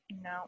No